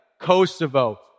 Kosovo